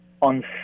On